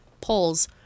polls